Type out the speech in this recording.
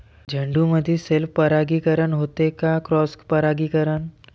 झेंडूमंदी सेल्फ परागीकरन होते का क्रॉस परागीकरन?